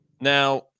now